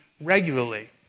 regularly